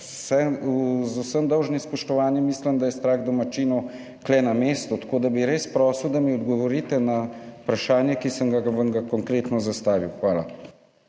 z vsem dolžnim spoštovanjem mislim, da je strah domačinov tu na mestu. Tako da bi res prosil, da mi odgovorite na vprašanje, ki sem vam ga konkretno zastavil. Hvala.